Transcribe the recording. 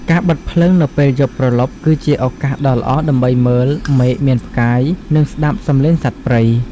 ការបិទភ្លើងនៅពេលយប់ព្រលប់ គឺជាឱកាសដ៏ល្អដើម្បីមើល មេឃមានផ្កាយ និងស្តាប់សម្លេងសត្វព្រៃ។